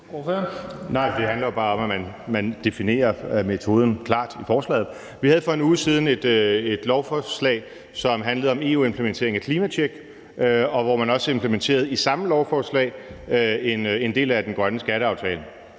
Nej, det handler jo bare om, at man definerer metoden klart i forslaget. Vi havde for en uge siden et lovforslag, som handlede om EU-implementering af klimatjek, og i samme lovforslag implementerede man en del af den grønne skatteaftale